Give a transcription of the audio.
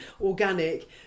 organic